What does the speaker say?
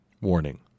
Warning